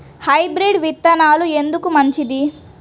Hybrid విత్తనాలు ఎందుకు మంచిది?